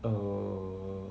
err